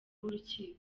w’urukiko